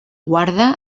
guarda